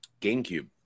gamecube